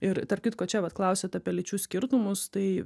ir tarp kitko čia vat klausėt apie lyčių skirtumus tai